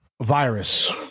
virus